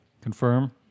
Confirm